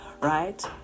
right